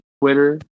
Twitter